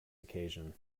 occasion